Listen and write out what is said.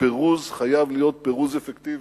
הפירוז חייב להיות פירוז אפקטיבי,